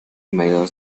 mediados